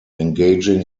engaging